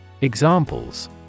Examples